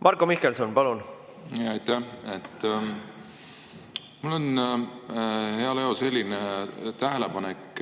Marko Mihkelson, palun! Aitäh! Mul on, hea Leo, selline tähelepanek.